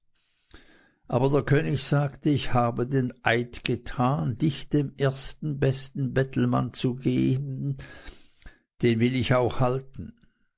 aber der könig sagte ich habe den eid getan dich dem ersten besten bettelmann zu geben den will ich auch halten